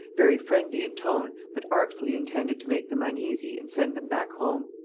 very friendly in tone, but artfully intended to make them uneasy and send them back home.